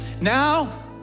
Now